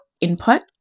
input